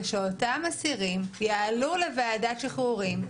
זה שאותם אסירים יעלו לוועדת שחרורים,